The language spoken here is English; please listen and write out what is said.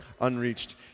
unreached